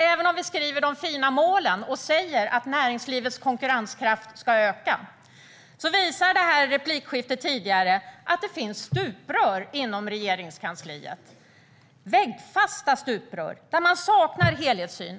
Även om vi skriver de fina målen och säger att näringslivets konkurrenskraft ska öka, visar det tidigare replikskiftet att det finns stuprör inom Regeringskansliet, väggfasta stuprör. Man saknar helhetssyn.